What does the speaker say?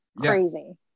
crazy